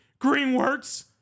Greenworks